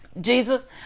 Jesus